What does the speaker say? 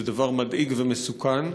זה דבר מדאיג ומסוכן,